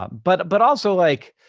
ah but but also, like,